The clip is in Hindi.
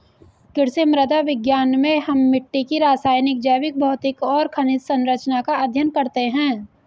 कृषि मृदा विज्ञान में हम मिट्टी की रासायनिक, जैविक, भौतिक और खनिज सरंचना का अध्ययन करते हैं